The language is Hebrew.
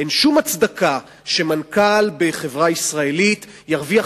אין שום הצדקה שמנכ"ל בחברה ישראלית ירוויח